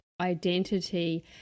identity